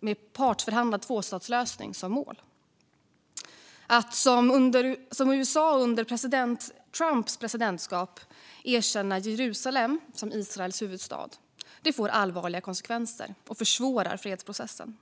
med en partsförhandlad tvåstatslösning som mål. Att som USA under Trumps presidentskap erkänna Jerusalem som Israels huvudstad får allvarliga konsekvenser och försvårar fredsprocessen.